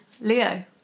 Leo